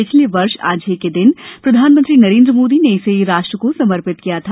पिछले वर्ष आज ही के दिन प्रधानमंत्री नरेन्द्र मोदी ने इसे रोष्ट्र को समर्पित किया था